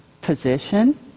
position